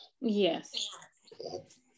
Yes